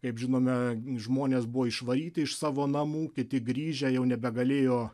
kaip žinome žmonės buvo išvaryti iš savo namų kiti grįžę jau nebegalėjo